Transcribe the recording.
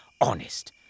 honest